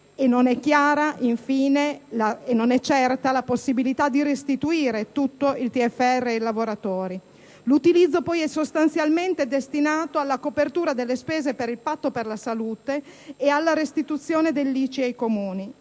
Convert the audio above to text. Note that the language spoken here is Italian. e non è certa, infine, la possibilità di restituire tutto il TFR ai lavoratori. Il suo utilizzo, poi, è sostanzialmente destinato alla copertura delle spese per il Patto per la salute e alla restituzione dell'ICI ai Comuni.